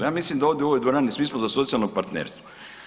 Ja mislim da ovdje u ovoj dvorani svi smo za socijalno partnerstvo.